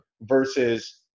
versus